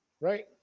right